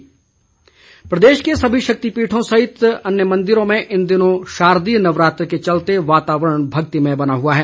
नवरात्र प्रदेश के सभी शक्तिपीठों सहित अन्य मंदिरों में इन दिनों शारदीय नवरात्र के चलते वातावरण भक्तिमय बना हुआ है